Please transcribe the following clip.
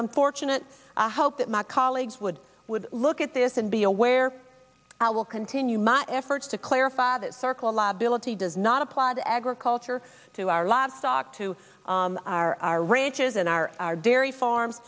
fortunate i hope that my colleagues would would look at this and be aware i will continue my efforts to clarify that circle liability does not apply to agriculture to our livestock to our ranches and our dairy farm